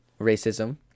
racism